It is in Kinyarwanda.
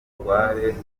umutware